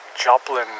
Joplin